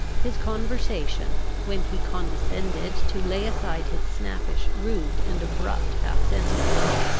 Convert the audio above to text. his conversation, when he condescended to lay aside his snappish, rude, and abrupt half-sentences,